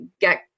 get